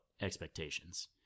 expectations